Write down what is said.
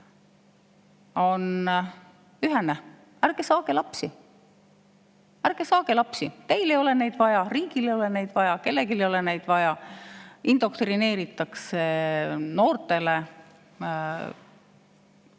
on ühene: ärge saage lapsi! Ärge saage! Teil ei ole neid vaja, riigil ei ole neid vaja, kellelegi ei ole neid vaja! Indoktrineeritakse noori